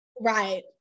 Right